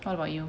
what about you